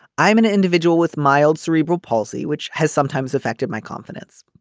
i'm an individual with mild cerebral palsy which has sometimes affected my confidence.